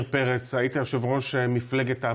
מי שמעוניין,